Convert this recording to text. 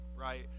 right